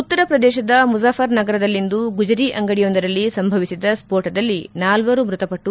ಉತ್ತರ ಪ್ರದೇಶದ ಮುಜಫರ್ನಗರದಲ್ಲಿಂದು ಗುಜರಿ ಅಂಗಡಿಯೊಂದರಲ್ಲಿ ಸಂಭವಿಸಿದ ಸ್ಫೋಟದಲ್ಲಿ ನಾಲ್ವರು ಮೃತಪಟ್ಟು